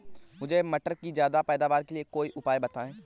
मुझे मटर के ज्यादा पैदावार के लिए कोई उपाय बताए?